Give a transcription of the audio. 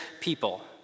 people